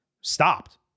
stopped